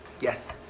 Yes